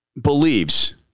believes